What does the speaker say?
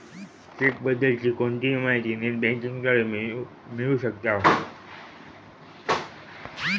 check बद्दल ची कोणतीही माहिती नेट बँकिंग द्वारा मिळू शकताव